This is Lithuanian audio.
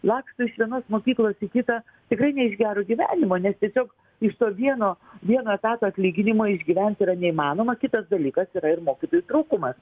laksto iš vienos mokyklos į kitą tikrai ne iš gero gyvenimo nes tiesiog iš to vieno vieno etato atlyginimo išgyvent yra neįmanoma kitas dalykas yra ir mokytojų trūkumas